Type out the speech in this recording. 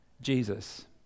Jesus